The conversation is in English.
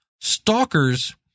stalkers